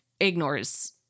ignores